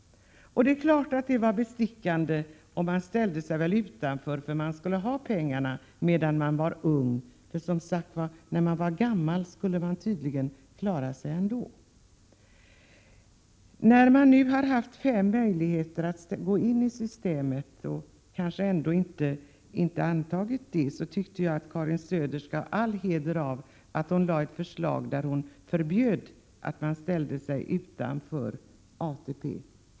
Det är klart att det där var bestickande. Man ville väl ha pengarna medan man var ung, för när man var gammal skulle man tydligen klara sig ändå. När det funnits fem möjligheter att gå in i systemet utan att man kanske gjort det, tycker jag att Karin Söder har all heder av att hon lade fram ett förslag med förbud att ställa sig utanför ATP.